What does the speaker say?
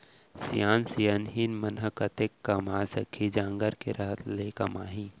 सियान सियनहिन मन ह कतेक कमा सकही, जांगर के रहत ले कमाही